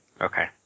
Okay